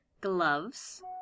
gloves